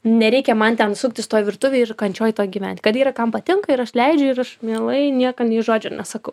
nereikia man ten suktis toj virtuvėj ir kančioj toj gyventi kad yra kam patinka ir aš leidžiu ir aš mielai niekam nei žodžio nesakau